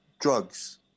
drugs